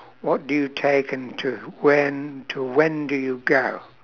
what do you take and to when to when do you go